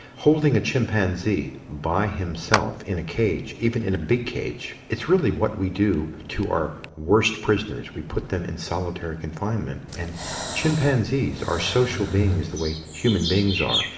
holding a chimpanzee by himself in a cage, even in a big cage, it's really what we do to our worst prisoners we put them in solitary confinement. and chimpanzees are social beings, the way human beings are.